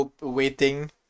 waiting